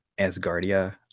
Asgardia